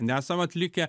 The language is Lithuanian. nesam atlikę